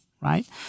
right